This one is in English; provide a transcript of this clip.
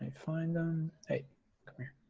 find them, hey come here.